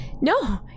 No